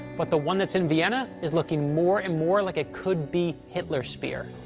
but the one that's in vienna is looking more and more like it could be hitler's spear.